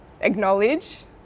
acknowledge